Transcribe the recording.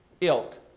ilk